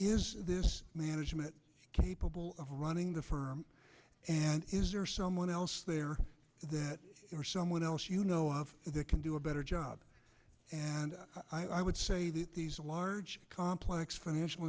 is this management capable of running the firm and is there someone else there that or someone else you know of that can do a better job and i would say that a large complex financial